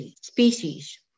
species